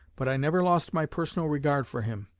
but i never lost my personal regard for him.